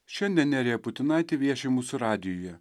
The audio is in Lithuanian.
šiandien nerija putinaitė vieši mūsų radijuje